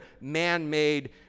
man-made